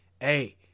Hey